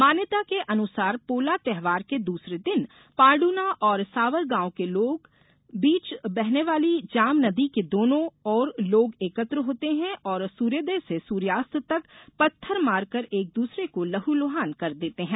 मान्यता के अनुसार पोला त्योहार के दूसरे दिन पार्दुना और सावरगांव के बीच बहर्ने वाली जाम नदी के दोनों ओर लोग एकत्र होते हैं और सुर्योदय से सुर्यास्त तक पत्थर मारकर एक द्सरे को लहलुहान कर देते हैं